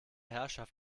herrschaft